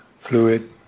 fluid